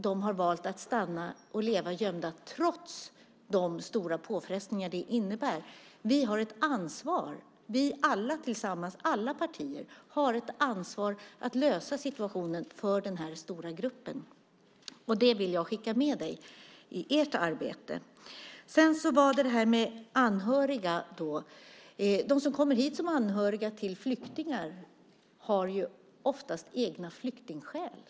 De har valt att stanna här och leva gömda trots de stora påfrestningar det innebär. Vi har ett ansvar. Alla partier har tillsammans ett ansvar för att lösa situationen för den stora gruppen. Det vill jag skicka med Fredrick Federley i hans arbete. Vad gäller dem som kommer hit som anhöriga till flyktingar har de oftast egna flyktingskäl.